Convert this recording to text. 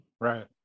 Right